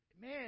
man